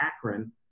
akron